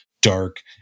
dark